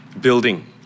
building